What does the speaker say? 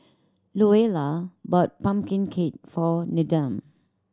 Luella bought pumpkin cake for Needham